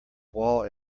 wall